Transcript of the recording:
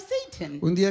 Satan